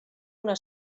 una